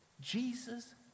Jesus